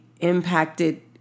impacted